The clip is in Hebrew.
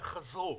אמרנו שתחזרו.